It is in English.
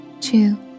two